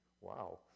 Wow